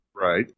Right